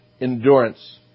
endurance